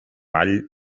all